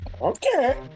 okay